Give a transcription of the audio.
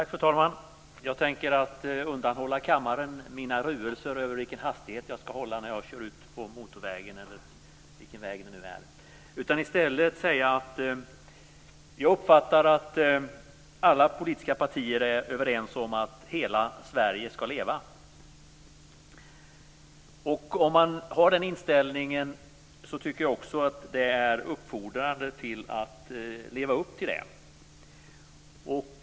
Fru talman! Jag ska undanhålla kammaren mina ruelser över vilken hastighet jag ska hålla när jag kör ut på en motorväg, eller vad det nu är för väg. Jag uppfattar att alla politiska partier är överens om att hela Sverige ska leva. Om man har den inställningen uppfordrar det till att också leva upp till detta.